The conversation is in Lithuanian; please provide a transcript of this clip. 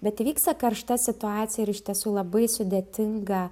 bet įvyksta karšta situacija iš tiesų labai sudėtinga